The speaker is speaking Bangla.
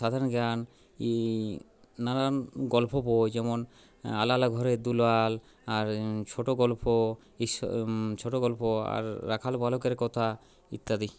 সাধারণ জ্ঞান নানান গল্পবই যেমন আলালের ঘরের দুলাল আর ছোটো গল্প ঈশ্বর ছোটো গল্প আর রাখাল বালকের কথা ইত্যাদি